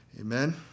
Amen